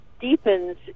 deepens